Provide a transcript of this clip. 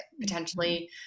Potentially